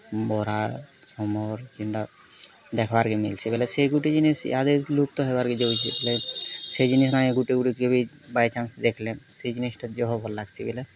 ବର୍ହା ସମର୍ ଯେଣ୍ଟା ଦେଖ୍ବାର୍କେ ମିଲ୍ସି ବେଲେ ସେ ଗୁଟେ ଜିନିଷ୍ ଇହାଦେ ଲୁପ୍ତ ହେବାର୍କେ ଯାଉଛେ ବେଲେ ସେ ଜିନିଷ୍ ଗୁଟେ ଗୁଟେ କିଏ ବି ବାଇଚାନ୍ସ୍ ଦେଖ୍ଲେ ସେଇ ଜିନିଷ୍ଟା ଭଲ୍ ଲାଗ୍ସି ବେଲେ